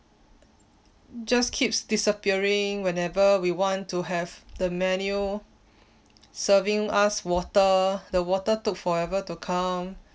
just keeps disappearing whenever we want to have the menu serving us water the water took forever to come